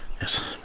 Yes